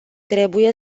trebuie